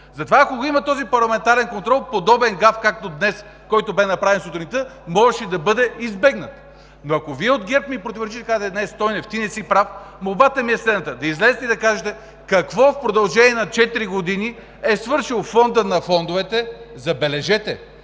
Затова, ако го има този парламентарен контрол, подобен гаф, който беше направен днес сутринта, можеше да бъде избегнат. Но ако Вие от ГЕРБ ми противоречите и кажете днес: „Стойнев, ти не си прав“, молбата ми е следната: да излезете и да кажете какво в продължение на четири години е свършил фондът на фондовете, забележете,